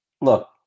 Look